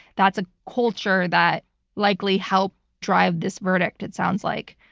that's a culture that likely helped drive this verdict it sounds like.